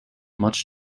much